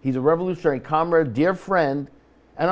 he's a revolutionary calmer dear friend and